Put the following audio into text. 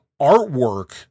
artwork